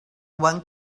one